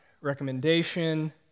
recommendation